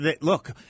look